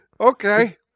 Okay